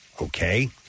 Okay